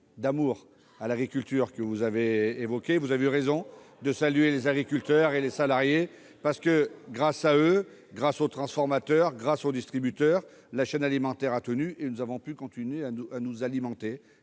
d'amour à l'agriculture ! Vous avez eu raison de saluer les agriculteurs et les salariés agricoles. Grâce à eux, grâce aux transformateurs et aux distributeurs, la chaîne alimentaire a tenu et nous avons pu continuer à nous alimenter.